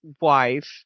wife